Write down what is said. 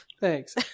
Thanks